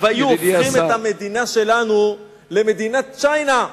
והיו הופכים את המדינה שלנו למדינת צ'יינה.